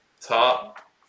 top